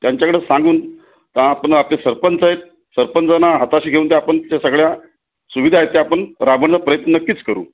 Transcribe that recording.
त्यांच्याकडं सांगून का आपण आपले सरपंच आहेत सरपंचांना हाताशी घेऊन त्या आपण त्या सगळ्या सुविधा आहेत त्या आपण राबवण्याचा प्रयत्न नक्कीच करू